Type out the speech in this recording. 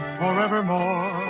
forevermore